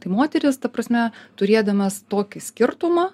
tai moteris ta prasme turėdamas tokį skirtumą